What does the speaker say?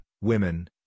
women